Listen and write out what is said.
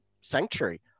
sanctuary